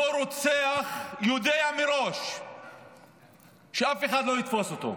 רוצח יודע מראש שאף אחד לא יתפוס אותו,